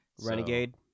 Renegade